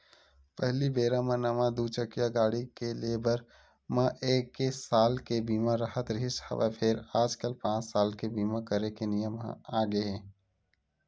पहिली बेरा म नवा दू चकिया गाड़ी के ले बर म एके साल के बीमा राहत रिहिस हवय फेर आजकल पाँच साल के बीमा करे के नियम आगे हे